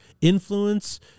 influence